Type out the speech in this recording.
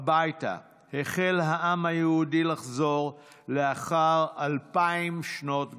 הביתה החל העם היהודי לחזור לאחר אלפיים שנות גלות.